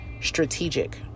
strategic